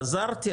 חזרתי.